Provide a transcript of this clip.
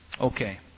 Okay